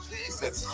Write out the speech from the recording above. Jesus